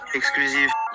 exclusif